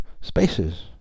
spaces